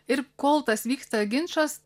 ir kol tas vyksta ginčas